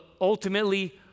Ultimately